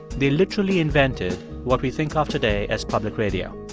they literally invented what we think of today as public radio.